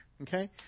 Okay